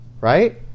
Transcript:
right